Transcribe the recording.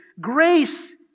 Grace